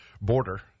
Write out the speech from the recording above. border